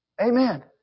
Amen